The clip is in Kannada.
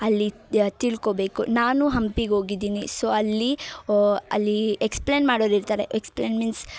ಅಲ್ಲಿ ಯ ತಿಳ್ಕೊಬೇಕು ನಾನು ಹಂಪಿಗೆ ಹೋಗಿದ್ದೀನಿ ಸೊ ಅಲ್ಲಿ ಅಲ್ಲಿ ಎಕ್ಸ್ಪ್ಲೇನ್ ಮಾಡೋರು ಇರ್ತಾರೆ ಎಕ್ಸ್ಪ್ಲೇನ್ ಮೀನ್ಸ್